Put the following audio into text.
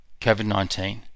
COVID-19